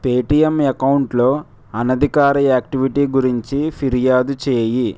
Paytm అకౌంటులో అనధికార activity గురించి ఫిర్యాదు చేయి